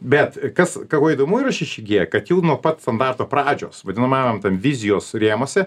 bet kas ką kuo įdomu yra šeši gie kad jau nuo pat standarto pradžios vadinamajam ten vizijos rėmuose